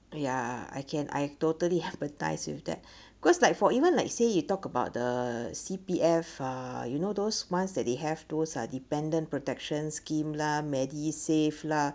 ya I can I totally empathise with that cause like for even like say you talk about the C_P_F uh you know those months that they have those are dependent protection scheme lah MediSave lah